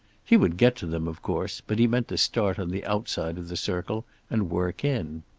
he would get to them, of course, but he meant to start on the outside of the circle and work in.